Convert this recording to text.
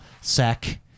sack